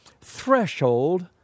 threshold